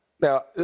Now